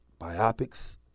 biopics